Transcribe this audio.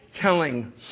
telling